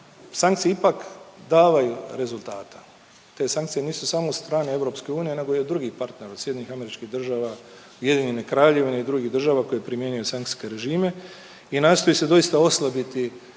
sankcije ipak davaju rezultata, te sankcije nisu samo od strane EU nego i od drugih partnera od SAD-a, UK i drugih država koji primjenjuju sankcijske režime i nastoji se doista oslabjeti